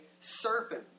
serpent